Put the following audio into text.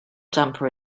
jumper